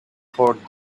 thought